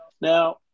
Now